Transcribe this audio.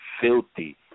filthy